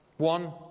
one